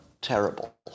terrible